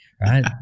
right